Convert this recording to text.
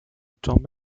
john